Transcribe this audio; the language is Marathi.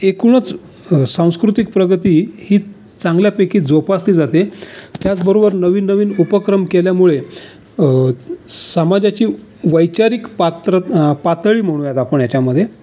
एकूणच सांस्कृतिक प्रगती ही चांगल्यापैकी जोपासली जाते त्याचबरोबर नवीन नवीन उपक्रम केल्यामुळे समाजाची वैचारिक पात्र पातळी म्हणूयात आपण याच्यामध्ये